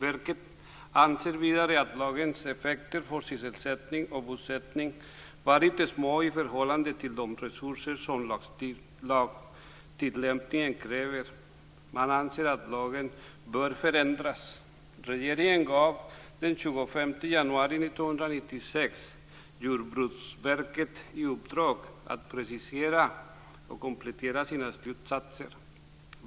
Verket anser vidare att lagens effekter för sysselsättning och bosättning varit små i förhållande till de resurser som lagtillämpningen kräver. Man anser att lagen bör förändras. Regeringen gav den 25 januari 1996 Jordbruksverket i uppdrag att precisera och komplettera sina slutsatser.